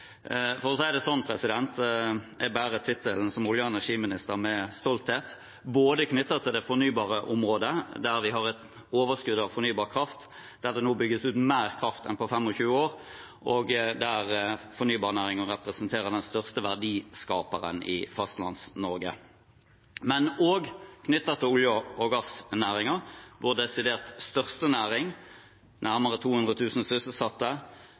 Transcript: energiminister med stolthet, både knyttet til det fornybare området, der vi har et overskudd av fornybar kraft, der det nå bygges ut mer kraft enn på 25 år, og der fornybarnæringen representerer den største verdiskaperen i Fastlands-Norge, og også knyttet til olje- og gassnæringen, vår desidert største næring med nærmere 200 000 sysselsatte,